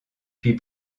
puis